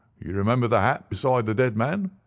you remember the hat beside the dead man?